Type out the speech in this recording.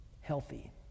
healthy